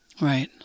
right